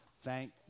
Thank